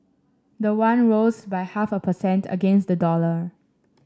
the won rose by half a per cent against the dollar